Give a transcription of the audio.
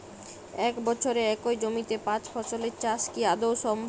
এক বছরে একই জমিতে পাঁচ ফসলের চাষ কি আদৌ সম্ভব?